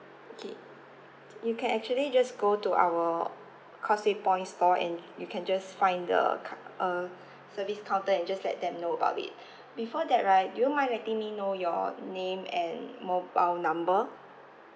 okay you can actually just go to our causeway point's store and you can just find the uh service counter and just let them know about it before that right do you mind letting me know your name and mobile number